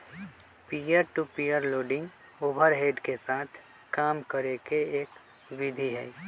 peer to peer lending overhead के साथ काम करे के एक विधि हई